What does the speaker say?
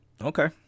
Okay